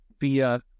via